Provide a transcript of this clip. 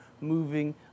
moving